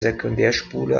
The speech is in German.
sekundärspule